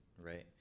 Right